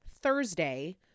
Thursday